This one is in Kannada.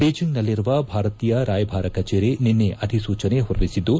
ಬೀಜಂಗ್ನಲ್ಲಿರುವ ಭಾರತೀಯ ರಾಯಭಾರಿ ಕಚೇರಿ ನಿನ್ನೆ ಅಧಿಸೂಚನೆ ಹೊರಡಿಸಿದ್ದು